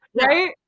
right